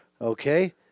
Okay